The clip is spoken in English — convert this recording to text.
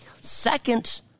second